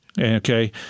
okay